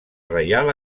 reial